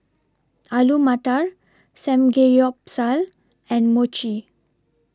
Alu Matar Samgeyopsal and Mochi